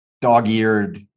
dog-eared